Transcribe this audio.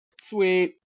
sweet